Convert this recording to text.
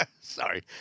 Sorry